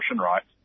rights